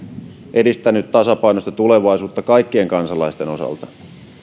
edistänyt tasapainoista tulevaisuutta kaikkien kansalaisten osalta